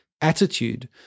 attitude